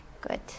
good